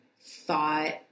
thought